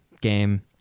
game